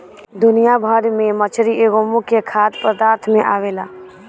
दुनिया भर में मछरी एगो मुख्य खाद्य पदार्थ में आवेला